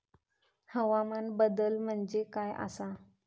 हवामान बदल म्हणजे काय आसा?